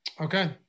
Okay